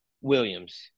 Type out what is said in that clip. Williams